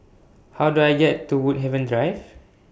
How Do I get to Woodhaven Drive